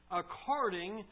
according